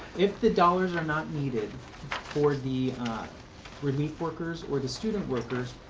if the dollars are not needed for the relief workers or the student workers,